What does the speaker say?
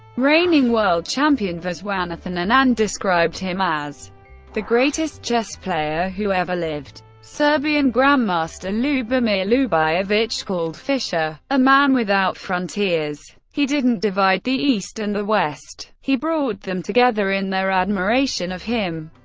reigning world champion viswanathan anand and and described him as the greatest chess player who ever lived. serbian grandmaster ljubomir ljubojevic called fischer, a man without frontiers. he didn't divide the east and the west, he brought them together in their admiration of him.